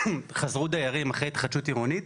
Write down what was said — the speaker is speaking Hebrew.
חזרו דיירים אחרי התחדשות עירונית,